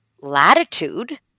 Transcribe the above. latitude